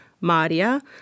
Maria